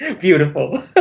Beautiful